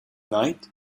night